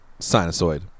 sinusoid